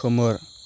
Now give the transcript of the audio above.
खोमोर